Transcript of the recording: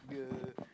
the